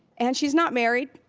and she's not married.